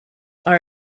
are